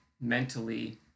mentally